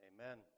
Amen